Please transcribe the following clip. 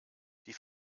die